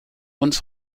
uns